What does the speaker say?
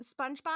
Spongebob